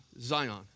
Zion